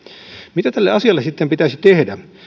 mitä tälle asialle sitten pitäisi tehdä